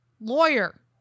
lawyer